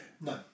No